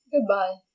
Goodbye